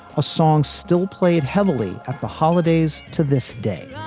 a song still played heavily at the holidays to this day